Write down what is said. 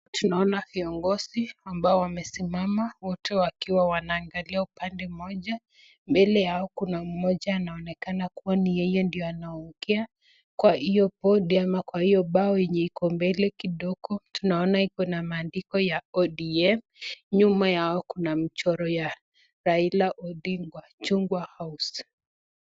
Tunaona viongozi ambao wamesimama wote wakiwa wanaangalia upande mmoja. Mbele yao kuna mmoja anaonekana kuwa ni yeye ndiye anaongea kwa hiyo bodi ama kwa hiyo bao iko mbele kidogo tunaona iko na maandiko ya ODM.Nyuma yao kuna mchoro ya Raila Odinga Chungwa House.